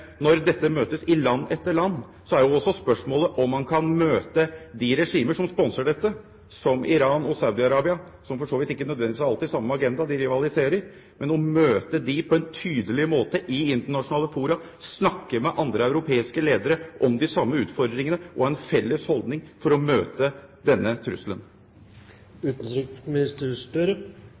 når man møter dette i land etter land, er jo også spørsmålet når det gjelder de regimer som sponser dette, som Iran og Saudi-Arabia – som for så vidt ikke nødvendigvis alltid har samme agenda, de rivaliserer – om man ikke kan møte dem på en tydelig måte i internasjonale fora, snakke med andre europeiske ledere om de samme utfordringene og ha en felles holdning for å møte denne